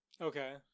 Okay